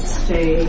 stay